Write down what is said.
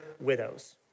widows